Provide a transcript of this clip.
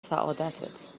سعادتت